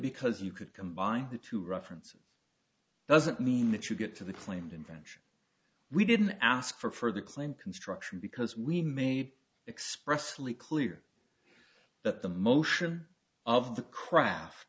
because you could combine the two references doesn't mean that you get to the claimed invention we didn't ask for the claim construction because we made expressly clear that the motion of the craft